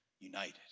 united